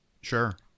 Sure